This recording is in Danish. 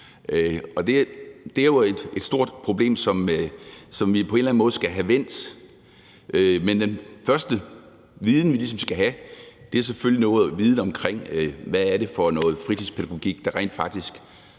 det er jo et stort problem, som vi på en eller anden måde skal have vendt. Men den første viden, vi ligesom skal have, er selvfølgelig viden om, hvad det er for noget fritidspædagogik, der rent faktisk